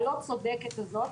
הלא צודקת הזאת,